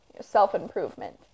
self-improvement